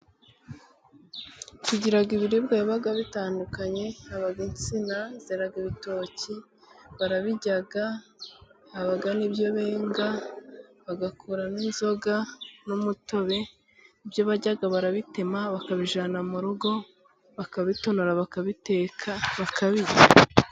Tugira ibiribwa biba bitandukanye, haba insina zera ibitoki, barabirya, habibyo benga bagakuramo inzoga n'umutobe, ibyo barya barabitema bakabijyana mu rugo bakabitonora, bakabiteka bakabirya.